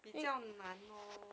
比较难 lor